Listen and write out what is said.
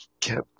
kept